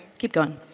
keep going.